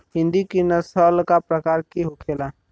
हिंदी की नस्ल का प्रकार के होखे ला?